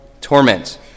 torment